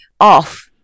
off